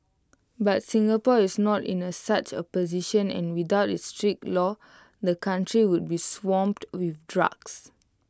but Singapore is not in A such A position and without its strict laws the country would be swamped with drugs